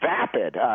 vapid